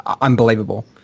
unbelievable